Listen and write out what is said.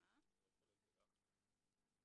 לצורך העניין בין חברות ניכיון,